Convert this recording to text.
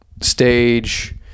stage